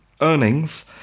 earnings